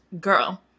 Girl